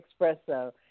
Expresso